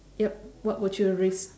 yup what would you risk